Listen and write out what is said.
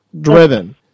driven